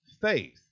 faith